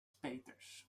peeters